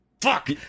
Fuck